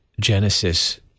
Genesis